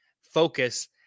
focus